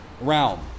realm